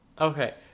okay